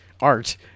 art –